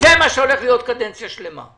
זה מה שהולך להיות קדנציה שלמה.